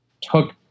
took